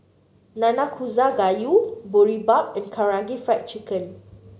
Nanakusa Gayu Boribap and Karaage Fried Chicken